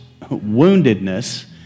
woundedness